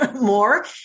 more